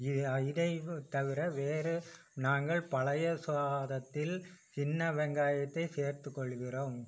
இதை வு தவிர வேறு நாங்கள் பழைய சாதத்தில் சின்ன வெங்காயத்தை சேர்த்து கொள்ளுகிறோம்